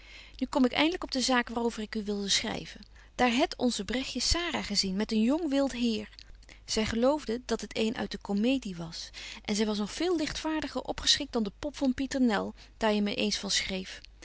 nu kom ik eindelyk op de zaak waar over ik u wilde schryven daar het onze bregtje sara gezien met een jong wilt heer zy geloofde dat het een uit de kommedie was en zy was nog veel ligtvaerdiger opgeschikt dan de pop van pieternel daar je men eens van schreef